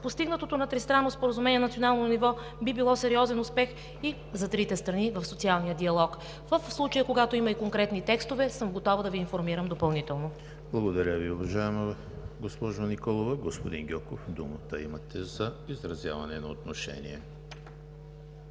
Постигнатото на тристранното споразумение на национално ниво би било сериозен успех и за трите страни в социалния диалог. В случаи, когато има и конкретни текстове, съм готова да Ви информирам допълнително. ПРЕДСЕДАТЕЛ ЕМИЛ ХРИСТОВ: Благодаря Ви, уважаема госпожо Николова. Господин Гьоков, имате думата за изразяване на отношение.